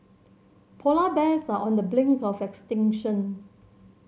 polar bears are on the brink of extinction